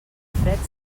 fred